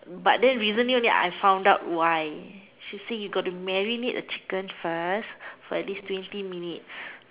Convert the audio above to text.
but then recently only I found out why she say you got to marinate the chicken first for at least twenty minutes